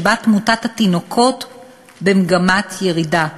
שבה תמותת התינוקות במגמת ירידה.